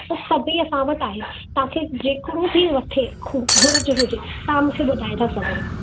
हो सभु ई असां वटि आहे तव्हांखे जेको बि वठे घु घुरिज हुजे तव्हां मूंखे ॿुधाए था सघो